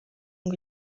ngo